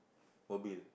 mobile